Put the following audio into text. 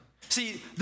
See